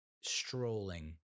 strolling